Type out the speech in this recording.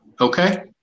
Okay